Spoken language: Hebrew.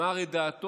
שאמר את דעתו,